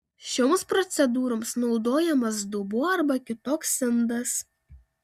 šioms procedūroms naudojamas dubuo arba kitoks indas